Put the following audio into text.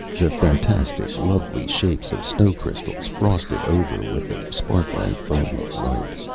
the fantastic, lovely shapes of snow-crystals, frosted over with a sparkling foam of light.